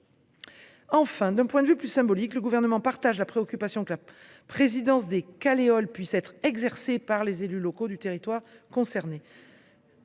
Enfin, d’un point de vue plus symbolique, le Gouvernement partage la préoccupation que la présidence des Caleol puisse être exercée par les élus locaux du territoire concerné.